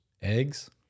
Eggs